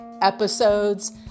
episodes